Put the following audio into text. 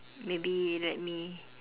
maybe let me